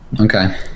Okay